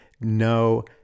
no